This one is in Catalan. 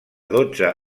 dotze